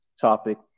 topic